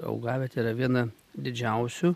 augavietė yra viena didžiausių